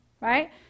right